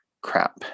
Crap